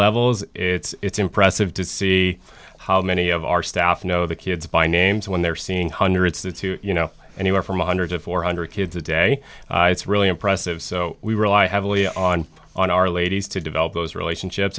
levels it's impressive to see how many of our staff know the kids by names when they're seeing hundreds that to you know anywhere from one hundred to four hundred kids a day it's really impressive so we rely heavily on on our ladies to develop those relationships